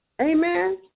Amen